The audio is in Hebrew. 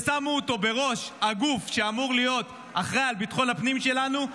ושמו אותו בראש הגוף שאמור להיות אחראי לביטחון הפנים שלנו,